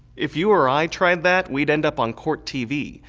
if you or i tried that, we'd end up on court tv,